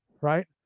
right